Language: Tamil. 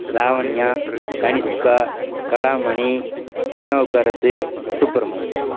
லாவண்யா கனிஷ்கா கலாமணி திருநாவுக்கரசு சுப்பரமணி